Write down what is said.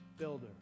builder